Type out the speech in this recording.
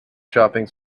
shopping